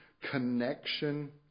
connection